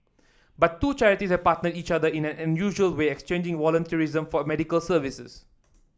but two charities partnered each other in an unusual way exchanging volunteerism for medical services